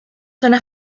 zona